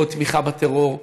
לא עוד תמיכה בטרור,